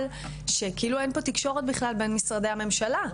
שכאילו אין פה תקשורת בכלל בין משרדי הממשלה,